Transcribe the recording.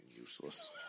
useless